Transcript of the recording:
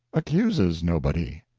accuses nobody.